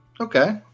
Okay